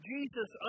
Jesus